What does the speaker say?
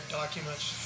documents